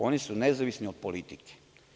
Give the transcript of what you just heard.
Oni su nezavisni od politike.